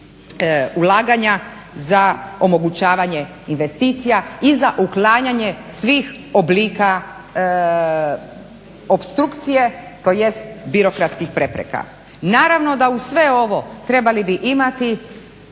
ulaganja, za omogućavanje investicija i za uklanjanje svih oblika opstrukcije tj. birokratskih prepreka. Naravno da uz sve ovo trebali bi imati